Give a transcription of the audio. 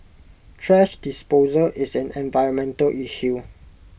thrash disposal is an environmental issue